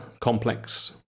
complex